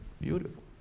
beautiful